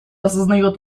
осознает